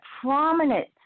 prominent